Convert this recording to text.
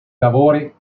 lavori